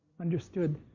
understood